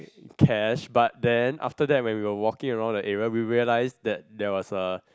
cash but then after that when we were walking around the area we realise that there was a